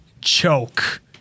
choke